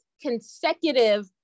consecutive